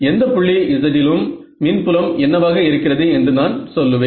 எந்த புள்ளி z லும் மின்புலம் என்னவாக இருக்கிறது என்று நான் சொல்லுவேன்